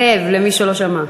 זאב, למי שלא שמע.